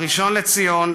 הראשון לציון,